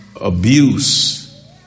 abuse